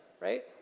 right